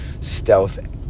stealth